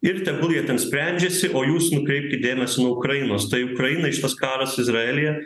ir tegul jie ten sprendžiasi o jūs nukreipkit dėmesį nuo ukrainos tai ukrainai šitas karas izraelyje